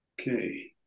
Okay